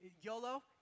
YOLO